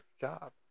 job